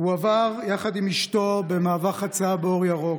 הוא עבר יחד עם אשתו במעבר חציה באור ירוק,